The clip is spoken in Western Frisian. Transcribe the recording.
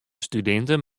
studinten